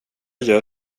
gör